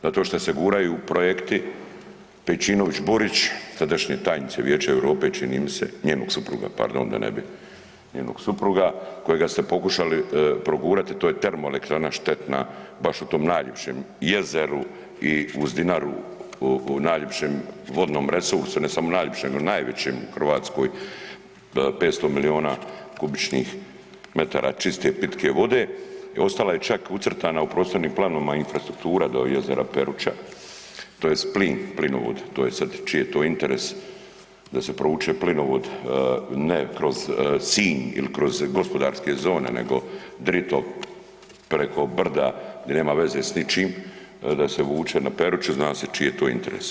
Zato šta se guraju projekti Pejčinović-Burić, sadašnje tajnice Vijeća Europe čini mi se, njenog supruga pardon da ne bi, njenoga supruga kojega ste pokušali progurati, to je termoelektrana štetna baš u tom najljepšem jezeru i uz Dinaru u najljepšem vodnom resursu, ne samo u najljepšem nego i najvećem u Hrvatskoj, 500 milijona kubičnih metara čiste pitke vode, ostala je čak ucrtana u prostornim planovima infrastruktura do jezera Peruča tj. plin, plinovod, to je sad, čiji je to sad interes da se provuče plinovod ne kroz Sinj il kroz gospodarske zone nego drito preko brda gdje nema veze s ničim da se vuče na Peruču, zna se čiji je to interes.